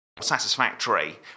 Satisfactory